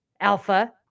Alpha